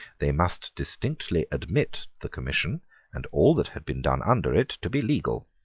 they must distinctly admit the commission and all that had been done under it to be legal.